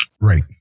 Right